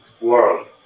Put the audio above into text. world